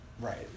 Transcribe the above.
Right